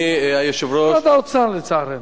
ממשרד האוצר, לצערנו.